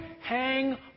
hang